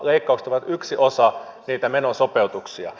leikkaukset ovat yksi osa niitä menosopeutuksia